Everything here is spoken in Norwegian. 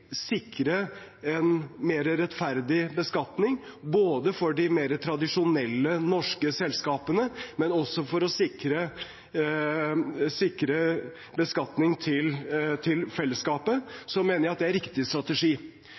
sikre en mer rettferdig beskatning for de mer tradisjonelle norske selskapene og sikre beskatning til fellesskapet, mener jeg det er riktig strategi.